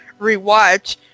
rewatch